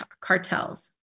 cartels